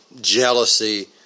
jealousy